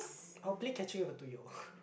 I will play catching with a two year old